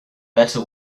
better